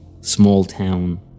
small-town